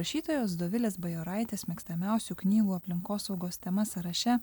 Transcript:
rašytojos dovilės bajoraitės mėgstamiausių knygų aplinkosaugos tema sąraše